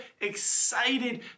excited